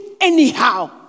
anyhow